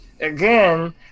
again